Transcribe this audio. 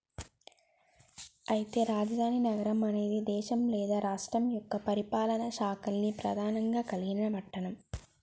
అయితే రాజధాని నగరం అనేది దేశం లేదా రాష్ట్రం యొక్క పరిపాలనా శాఖల్ని ప్రధానంగా కలిగిన పట్టణం